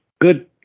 good